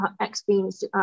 experienced